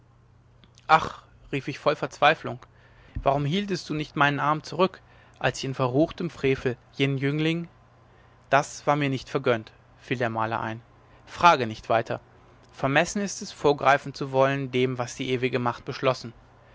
ach rief ich voll verzweiflung warum hieltst du nicht meinen arm zurück als ich in verruchtem frevel jenen jüngling das war mir nicht vergönnt fiel der maler ein frage nicht weiter vermessen ist es vorgreifen zu wollen dem was die ewige macht beschlossen